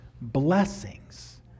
blessings